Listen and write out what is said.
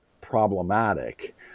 problematic